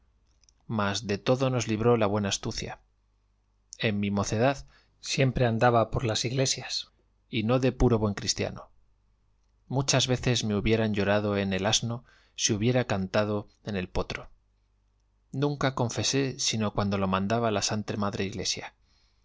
mas de todo nos libró la buena astucia en mi mocedad siempre andaba por las iglesias y no de puro buen cristiano muchas veces me hubieran llorado en el asno si hubiera cantado en el potro nunca confesé sino cuando lo mandaba la santa madre iglesia